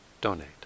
donate